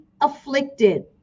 afflicted